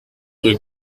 rue